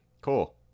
Cool